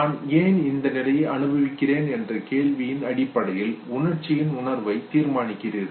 நான் ஏன் இந்த நிலையை அனுபவிக்கிறேன் என்ற கேள்வியின் அடிப்படையில் உணர்ச்சியின் உணர்வை தீர்மானிக்கிறீர்கள்